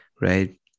right